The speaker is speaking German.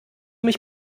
mich